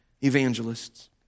evangelists